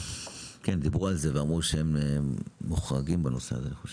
כן, דיברו על זה ואמרו שהם מחויבים בנושא הזה.